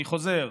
אני חוזר: